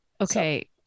Okay